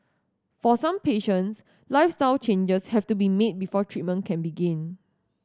for some patients lifestyle changes have to be made before treatment can begin